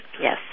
Yes